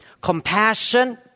compassion